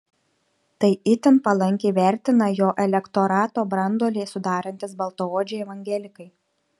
tai itin palankiai vertina jo elektorato branduolį sudarantys baltaodžiai evangelikai